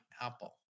Apple